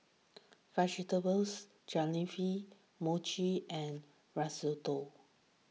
Vegetables Jalfrezi Mochi and Risotto